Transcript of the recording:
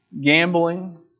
gambling